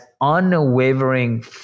unwavering